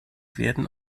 werden